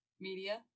media